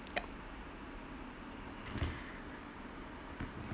ya